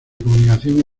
comunicación